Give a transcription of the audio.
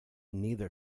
neither